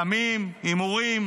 סמים, הימורים,